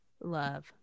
love